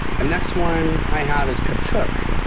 the next one i have is katuk.